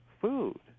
food